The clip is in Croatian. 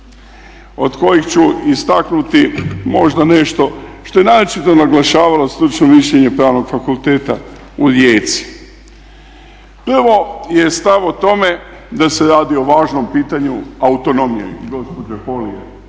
od kojih ću istaknuti možda nešto što je naročito naglašavalo stručno mišljenje Pravnog fakulteta u Rijeci. Prvo je stav o tome da se radi o važnom pitanju autonomije. I gospođa Holy je